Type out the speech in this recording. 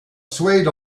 swayed